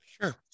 Sure